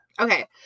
Okay